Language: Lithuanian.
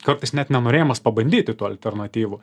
kartais net nenorėjimas pabandyti tų alternatyvų